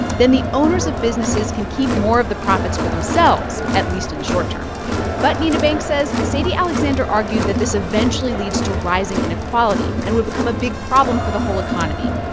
then the owners of businesses can keep more of the profits for themselves, at least in the short term but nina bank says sadie alexander argued that this eventually leads to rising inequality and would become a big problem for the whole economy.